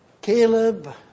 Caleb